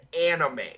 anime